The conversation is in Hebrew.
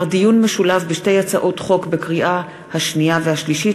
דיון משולב בשתי הצעות חוק בקריאה השנייה והשלישית,